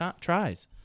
tries